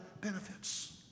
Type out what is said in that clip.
benefits